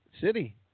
City